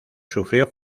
sufrió